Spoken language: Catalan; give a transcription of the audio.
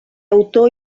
autor